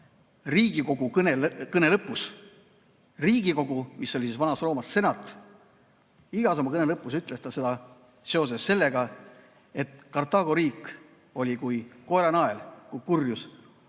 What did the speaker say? Riigikogu kõne lõpus. Riigikogu, mis oli Vana-Roomas senat. Iga oma kõne lõpus ütles ta seda seoses sellega, et Kartaago riik oli Rooma [jaoks] kui koeranael, kui kurjus,